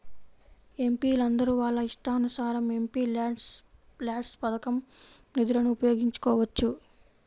ఎంపీలందరూ వాళ్ళ ఇష్టానుసారం ఎంపీల్యాడ్స్ పథకం నిధులను ఉపయోగించుకోవచ్చు